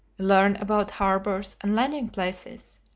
learn about harbours and landing-places,